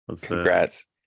Congrats